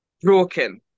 broken